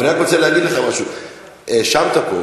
אבל אני רק רוצה להגיד לך משהו: "האשמת" פה,